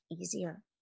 easier